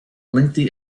lengthy